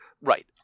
Right